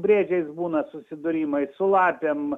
briedžiais būna susidūrimai su lapėm